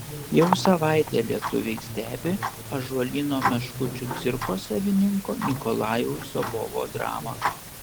jau savaitę lietuviai stebi ąžuolyno meškučių cirko savininko nikolajaus zobovo dramą